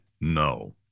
no